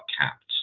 capped